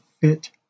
fit